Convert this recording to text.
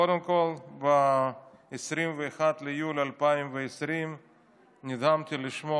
קודם כול ב-21 ביולי 2020 נדהמתי לשמוע